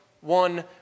one